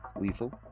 lethal